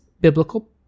biblical